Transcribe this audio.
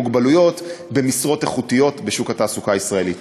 מוגבלות במשרות איכותיות בשוק התעסוקה הישראלי.